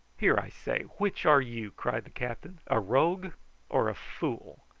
here, i say which are you? cried the captain a rogue or a fool?